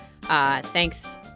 Thanks